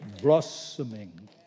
blossoming